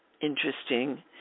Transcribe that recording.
interesting